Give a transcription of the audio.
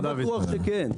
בטוח אתה כן.